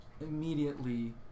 immediately